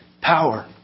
power